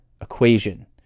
equation